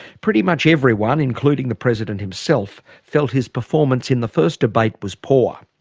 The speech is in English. pretty much everyone including the president himself felt his performance in the first debate was poor.